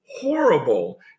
horrible